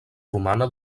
romana